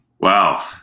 Wow